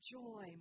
joy